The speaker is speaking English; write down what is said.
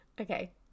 Okay